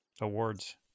awards